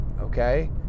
okay